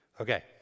Okay